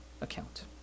account